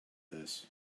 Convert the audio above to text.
this